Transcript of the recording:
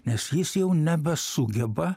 nes jis jau nebesugeba